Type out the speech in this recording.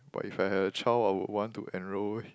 but if I had a child I would want to enroll